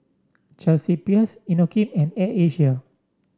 Chelsea Peers Inokim and Air Asia